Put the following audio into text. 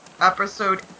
episode